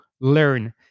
learn